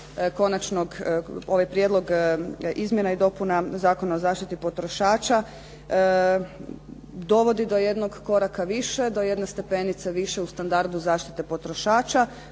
ovaj Prijedlog izmjena i dopuna Zakona o zaštiti potrošača dovodi do jednog koraka više, do jedne stepenice više u standardu zaštite potrošača,